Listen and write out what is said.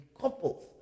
couples